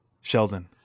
sheldon